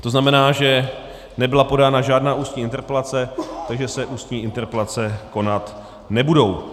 To znamená, že nebyla podána žádná ústní interpelace, takže se ústní interpelace konat nebudou.